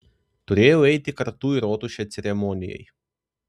turėjau eiti kartu į rotušę ceremonijai